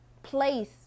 place